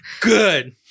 good